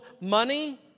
money